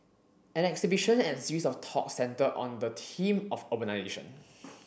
an exhibition and a series of talks centred on the theme of urbanisation